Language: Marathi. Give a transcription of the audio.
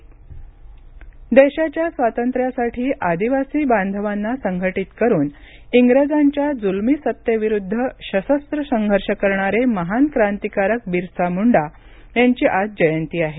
जयती देशाच्या स्वातंत्र्यासाठी आदिवासी बांधवांना संघटीत करुन इंग्रजांच्या जुलमी सत्तेविरुद्ध सशस्त्र संघर्ष करणारे महान क्रांतीकारक बिरसा मुंडा यांची आज जयंती आहे